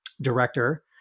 director